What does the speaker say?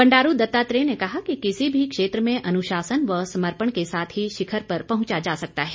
बंडारू दत्तात्रेय ने कहा कि किसी भी क्षेत्र में अनुशासन व समर्पण के साथ ही शिखर पर पहुंचा जा सकता है